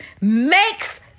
makes